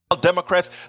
Democrats